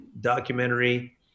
documentary –